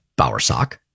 Bowersock